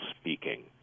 speaking